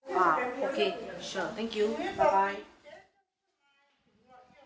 ah okay sure thank you bye bye